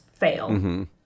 fail